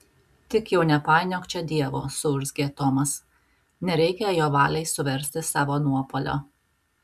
tik jau nepainiok čia dievo suurzgė tomas nereikia jo valiai suversti savo nuopuolio